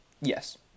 Yes